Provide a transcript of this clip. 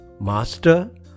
Master